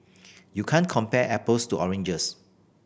you can't compare apples to oranges